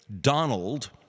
Donald